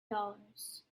dollars